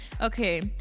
Okay